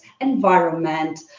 environment